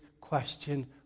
question